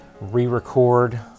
re-record